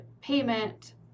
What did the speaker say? payment